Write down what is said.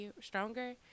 Stronger